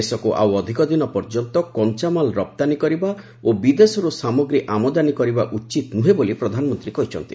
ଦେଶକୁ ଆଉ ଅଧିକ ଦିନ ପର୍ଯ୍ୟନ୍ତ କଞ୍ଚାମାଲ ରପ୍ତାନୀ କରିବା ଓ ବିଦେଶରୁ ସାମଗ୍ରୀ ଆମଦାନୀ କରିବା ଉଚିତ ନୁହେଁ ବୋଲି ପ୍ରଧାନମନ୍ତ୍ରୀ କହିଛନ୍ତି